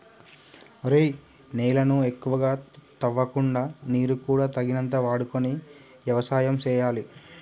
ఒరేయ్ నేలను ఎక్కువగా తవ్వకుండా నీరు కూడా తగినంత వాడుకొని యవసాయం సేయాలి